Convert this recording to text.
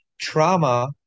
trauma